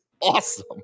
awesome